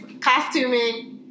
costuming